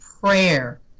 prayer